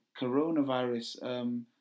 coronavirus